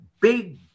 big